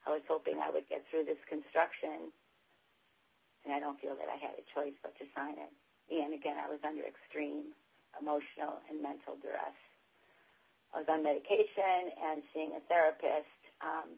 i was hoping i would get through this construction and i don't feel that i had a choice but to sign it and again i was under extreme emotional and mental duress and seeing a therapist